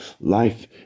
life